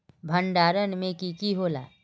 भण्डारण में की की होला?